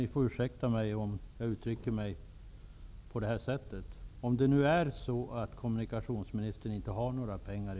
Ni får ursäkta att jag uttrycker mig på det här sättet, när jag nu återkommer till omprioriteringar.